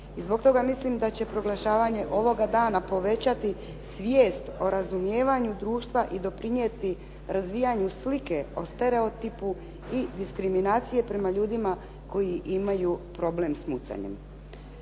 i zbog toga mislim da će proglašavanje ovoga dana povećati svijest o razumijevanju društva i doprinijeti razvijanju slike o stereotipu i diskriminacije prema ljudima koji imaju problem s mucanjem.